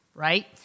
right